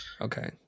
okay